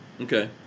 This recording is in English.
Okay